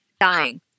dying